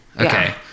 okay